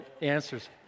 answers